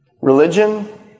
Religion